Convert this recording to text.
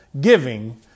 giving